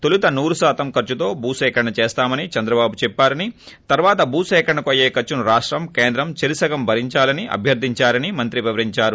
తొలుత నూరు శాతం ఖర్సుతో భూసేకరణ చేస్తామని చంద్రబాబు చెప్పారని తర్వాత భూ సేకరణకు అయ్యే ఖర్సును రాష్టం కేంద్రం చెరిసగం భరించాలని అభ్యర్గించారని మంత్రి వివరించారు